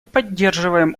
поддерживаем